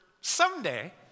someday